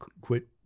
quit